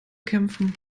kämpfen